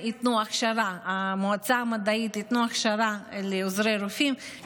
שהמועצה המדעית ייתנו הכשרה לעוזרי רופאים,